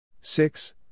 six